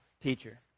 teacher